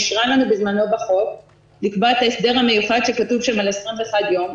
אישרה לנו בזמנו בחוק לקבוע ההסדר המיוחד שכתוב שם על 21 יום,